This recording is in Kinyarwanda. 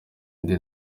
indi